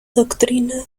doctrina